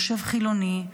יושב חילוני,